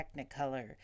technicolor